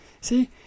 See